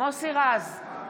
מוסי רז,